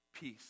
peace